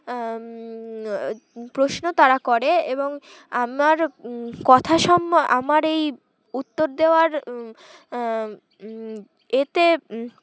প্রশ্ন তারা করে এবং আমার কথা সম আমার এই উত্তর দেওয়ার এতে